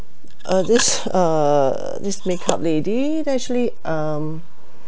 uh this uh this makeup lady that actually um